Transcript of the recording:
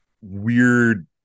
weird